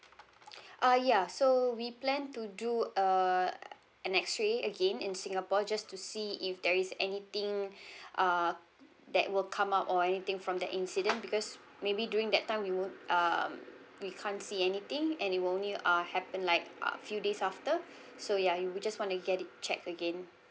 uh ya so we plan to do uh an X ray again in singapore just to see if there is anything uh that will come up or anything from the incident because maybe during that time we would um we can't see anything and it will only uh happen like a few days after so ya we will just want to get it checked again